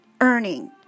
Earning